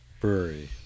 Brewery